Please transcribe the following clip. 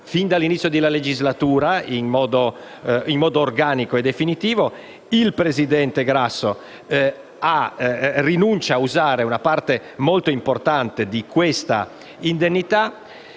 fin dall'inizio della legislatura, in modo organico e definitivo. Il presidente Grasso rinuncia a usare una parte molto importante di queste dotazioni.